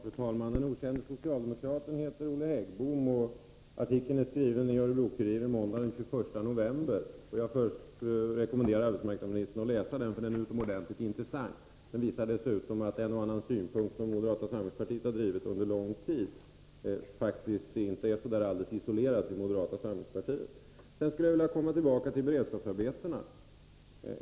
Fru talman! Den ”okände socialdemokraten” heter Olle Häggbom, och artikeln är införd i Örebro-Kuriren måndagen den 21 november. Jag rekommenderar arbetsmarknadsministern att läsa den. Den är utomordentligt intressant. Den visar dessutom att en och annan synpunkt som moderata samlingspartiet har drivit under lång tid faktiskt inte är så helt isolerad till moderata samlingspartiet som arbetsmarknadsministern alltid gör gällande. Sedan skulle jag vilja komma tillbaka till frågan om de enskilda beredskapsarbetena.